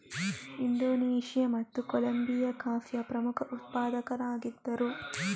Indonesia ಮತ್ತು Colombia ಕಾಫಿಯ ಪ್ರಮುಖ ಉತ್ಪಾದಕರಾಗಿದ್ದರು